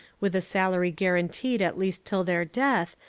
with a salary guaranteed at least till their death,